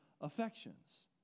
affections